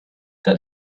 that